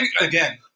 again